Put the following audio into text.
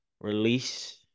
release